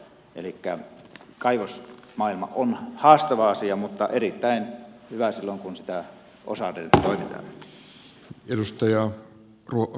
elikkä kaivosmaailma on haastava asia mutta erittäin hyvä silloin kun sitä toteutetaan osaavasti